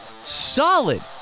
solid